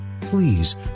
Please